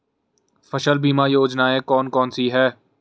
फसल बीमा योजनाएँ कौन कौनसी हैं?